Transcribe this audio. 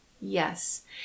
Yes